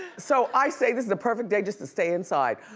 so, i say, this is a perfect day just to stay inside.